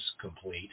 complete